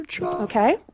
Okay